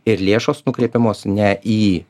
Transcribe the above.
ir lėšos nukreipiamos ne į